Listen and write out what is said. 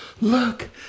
look